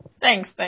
Thanks